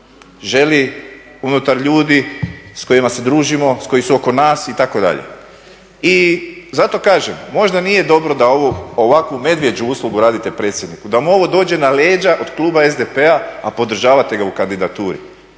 želi, unutar ljudi s kojima se družimo, koji su oko nas itd. I zato kažem možda nije dobro da ovu ovakvu medvjeđu uslugu radite predsjedniku, da mu ovo dođe na leđa od kluba SDP-a a podržavate ga u kandidaturi.